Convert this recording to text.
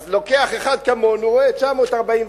אז לוקח אחד כמוני, רואה 947,